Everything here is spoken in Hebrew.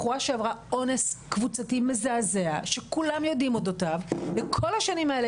בחורה שעברה אונס קבוצתי מזעזע שכולם יודעים אודותיו וכל השנים האלה,